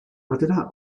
batera